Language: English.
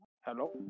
Hello